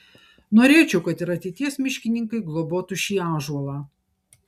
norėčiau kad ir ateities miškininkai globotų šį ąžuolą